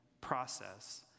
process